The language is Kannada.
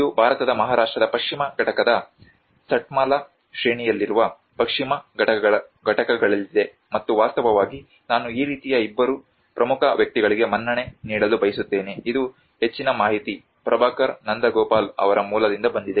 ಇದು ಭಾರತದ ಮಹಾರಾಷ್ಟ್ರದ ಪಶ್ಚಿಮ ಘಟ್ಟದ ಸತ್ಮಾಲಾ ಶ್ರೇಣಿಯಲ್ಲಿರುವ ಪಶ್ಚಿಮ ಘಟ್ಟಗಳಲ್ಲಿದೆ ಮತ್ತು ವಾಸ್ತವವಾಗಿ ನಾನು ಈ ರೀತಿಯ ಇಬ್ಬರು ಪ್ರಮುಖ ವ್ಯಕ್ತಿಗಳಿಗೆ ಮನ್ನಣೆ ನೀಡಲು ಬಯಸುತ್ತೇನೆ ಇದು ಹೆಚ್ಚಿನ ಮಾಹಿತಿ ಪ್ರಭಾಕರ್ ನಂದಗೋಪಾಲ್ ಅವರ ಮೂಲದಿಂದ ಬಂದಿದೆ